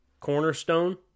cornerstone